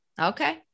Okay